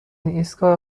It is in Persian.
ایستگاه